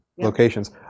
locations